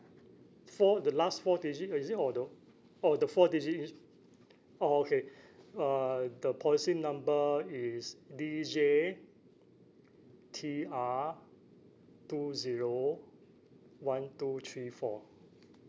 four the last four digit or is it or the oh the four digit it oh okay uh the policy number is D J T R two zero one two three four